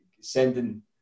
sending